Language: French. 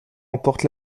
emporte